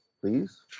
please